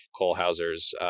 Kohlhauser's